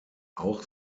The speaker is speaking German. auch